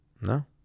no